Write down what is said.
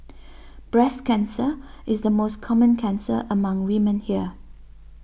breast cancer is the most common cancer among women here